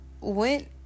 went